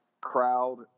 crowd